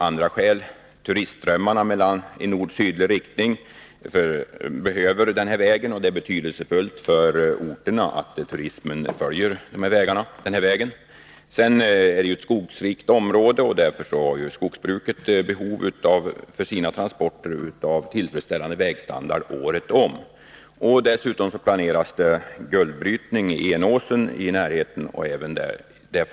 Andra skäl är att turistströmmarna i nord-sydlig riktning behöver vägen. Det är betydelsefullt för orterna att turismen följer den här vägen. Vidare är detta ett skogrikt område, och skogsbruket har för sina transporter behov av en tillfredsställande vägstandard året om. Dessutom planeras guldbrytning i Enåsen i närheten av denna väg.